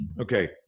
okay